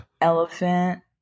elephant